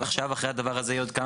עכשיו אחרי הדבר הזה יהיו עוד כמה